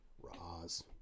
Roz